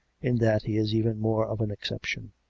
in that he is even more of an ex ception.